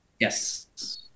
Yes